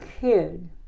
kid